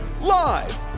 Live